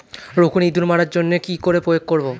রুকুনি ইঁদুর মারার জন্য কি করে প্রয়োগ করব?